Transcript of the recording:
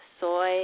soy